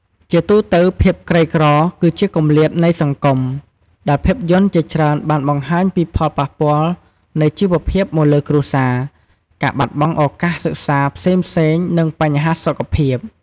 ជាទូទៅភាពក្រីក្រ គឺជាគម្លាតនៃសង្គម ដែលភាពយន្តជាច្រើនបានបង្ហាញពីផលប៉ះពាល់នៃជីវភាពមកលើគ្រួសារ ការបាត់បង់ឱកាសសិក្សាផ្សេងៗ និងបញ្ហាសុខភាព ។